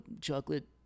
chocolate